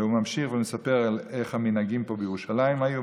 והוא ממשיך לספר על איך המנהגים פה בירושלים היו.